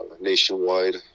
nationwide